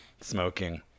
Smoking